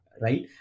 right